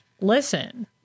listen